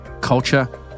culture